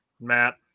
Matt